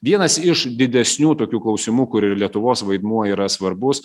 vienas iš didesnių tokių klausimų kur ir lietuvos vaidmuo yra svarbus